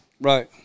Right